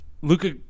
Luca